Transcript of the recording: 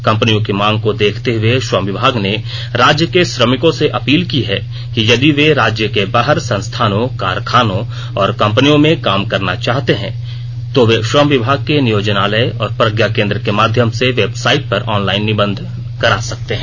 कंपनियों की मांग को देखते हुए श्रम विभाग ने राज्य के श्रमिकों से अपील की है कि यदि वे राज्य के बाहर संस्थानों कारखानों और कंपनियों में काम करना चाहते हैं तो वे श्रम विभाग के नियोजनालय और प्रज्ञा केंद्र के माध्यम से वेबसाइट पर ऑनलाइन निबंधन करा सकते हैं